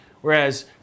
Whereas